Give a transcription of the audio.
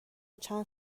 چند